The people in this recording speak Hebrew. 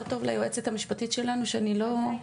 טוב ליועצת המשפטית שלנו שאני לא מכירה.